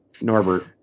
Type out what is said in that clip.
Norbert